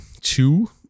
two